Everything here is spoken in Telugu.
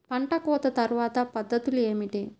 పంట కోత తర్వాత పద్ధతులు ఏమిటి?